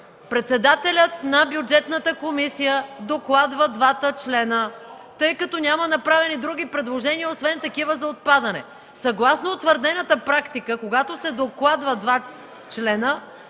председателят на Бюджетната комисия докладва двата члена, тъй като няма направени други предложения, освен такива за отпадане. Съгласно утвърдената практика, когато се докладват два члена,